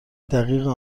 دقیق